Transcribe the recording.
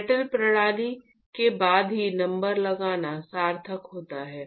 जटिल प्रणाली के बाद ही नंबर लगाना सार्थक होता है